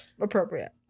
Appropriate